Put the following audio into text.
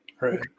right